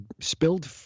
spilled